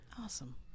Awesome